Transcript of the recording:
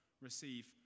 receive